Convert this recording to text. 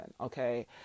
okay